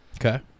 Okay